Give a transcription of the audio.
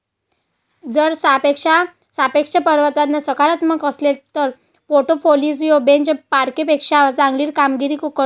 जर सापेक्ष परतावा सकारात्मक असेल तर पोर्टफोलिओ बेंचमार्कपेक्षा चांगली कामगिरी करतो